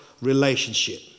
relationship